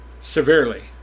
severely